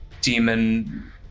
demon